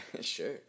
Sure